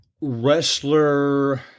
wrestler